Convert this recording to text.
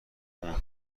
اون